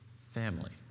family